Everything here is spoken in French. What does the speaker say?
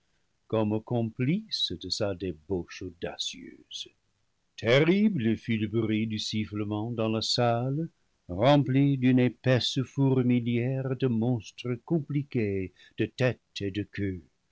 comme complices de sa débauche audacieuse terrible fut le bruit du sifflement dans la salle remplie d'une épaisse fourmilière de monstres compliqués de têtes et de queues